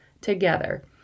together